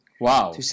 Wow